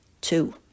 two